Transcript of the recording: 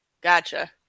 gotcha